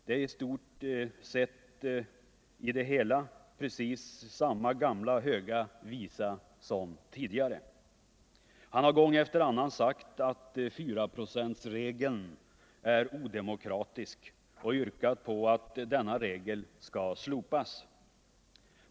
Det är i stort sett samma gamla höga visa som tidigare. Han har gång efter annan sagt att 4-procentsregeln är odemokratisk och yrkar på att denna regel skall slopas.